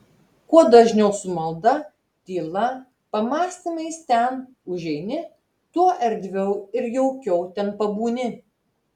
kuo dažniau su malda tyla pamąstymais ten užeini tuo erdviau ir jaukiau ten pabūni